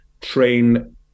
train